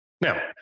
Now